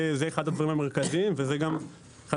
זה אחד הדברים המרכזיים וזה גם אחד